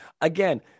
Again